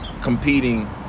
competing